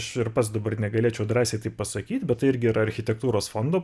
aš ir pats dabar negalėčiau drąsiai taip pasakyt bet tai irgi yra architektūros fondo